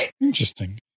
Interesting